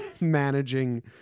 managing